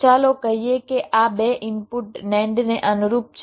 ચાલો કહીએ કે આ બે ઇનપુટ NAND ને અનુરૂપ છે